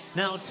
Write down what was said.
now